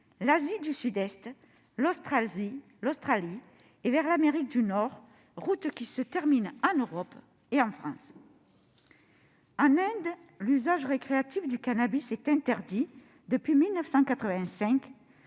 l'Asie du Sud-Est, l'Australie et l'Amérique du Nord, route qui se termine en Europe et en France. En Inde, l'usage récréatif du cannabis est interdit depuis 1985,